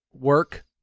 work